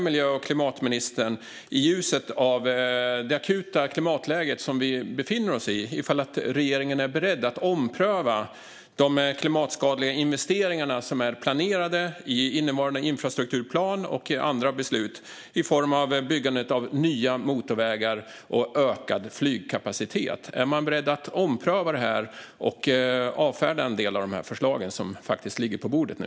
I ljuset av det akuta klimatläge som vi befinner oss i vill jag fråga miljö och klimatministern om regeringen är beredd att ompröva de klimatskadliga investeringar i byggande av nya motorvägar och ökad flygkapacitet som finns med i nuvarande infrastrukturplan och andra beslut. Är man beredd att ompröva detta och avfärda en del av de förslag som faktiskt ligger på bordet nu?